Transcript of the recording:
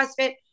CrossFit